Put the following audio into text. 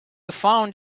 found